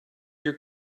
your